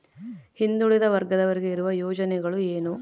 ಹಿಂದುಳಿದ ವರ್ಗದವರಿಗೆ ಇರುವ ಯೋಜನೆಗಳು ಏನು?